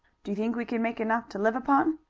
do you think we can make enough to live upon?